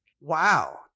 wow